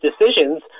decisions